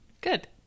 good